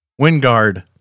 Wingard